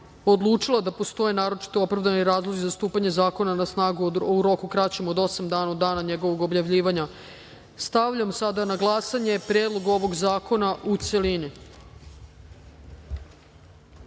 odlučila da postoje naročito opravdani razlozi za stupanje zakona na snagu u roku kraćem od osam dana od dana njegovog objavljivanja. Stavljam na glasanje Predlog zakona o izmenama